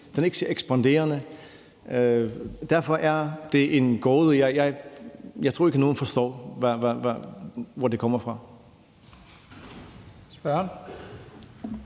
den er ikke ekspanderende. Derfor er det en gåde, og jeg tror ikke, nogen forstår, hvor det kommer fra. Kl.